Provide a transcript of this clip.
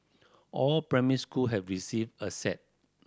all primary school have received a set